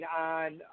on